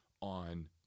on